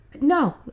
No